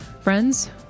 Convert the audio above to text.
friends